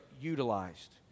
utilized